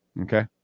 Okay